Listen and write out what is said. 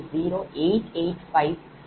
0885 pu எனகண்டறிவோம்